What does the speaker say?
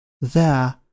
There